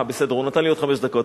אה, בסדר, הוא נתן לי עוד חמש דקות.